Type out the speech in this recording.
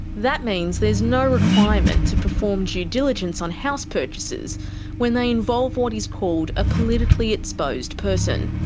that means there's no requirement to perform due diligence on house purchases when they involve what is called a politically exposed person.